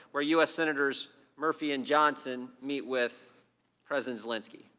where u s. senators murphy and johnson meet with president zelensky.